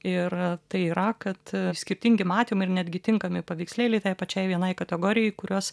ir tai yra kad skirtingi matymai ir netgi tinkami paveikslėliai tai pačiai vienai kategorijai kuriuos